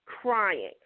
crying